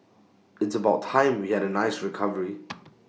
it's about time we had A nice recovery